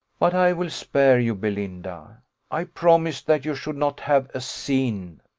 but i will spare you, belinda i promised that you should not have a scene,